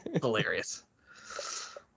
Hilarious